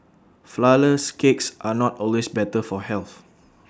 Flourless Cakes are not always better for health